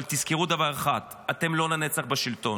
אבל תזכרו דבר אחד: אתם לא לנצח בשלטון.